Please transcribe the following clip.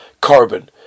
carbon